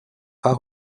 pas